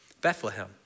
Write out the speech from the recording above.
Bethlehem